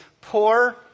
poor